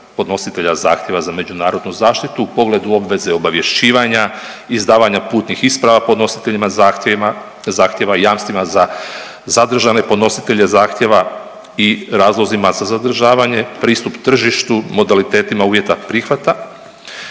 za međunarodnu zaštitu u pogledu obveze obavješćivanja, izdavanja putnih isprava podnositeljima zahtjevima, zahtjeva i jamstvima za zadržane podnositelje zahtjeva i razlozima za zadržavanje, pristup tržištu, modalitetima uvjeta prihvata